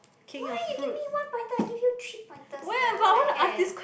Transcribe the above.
why you give me one pointer I give you three pointers eh what the heck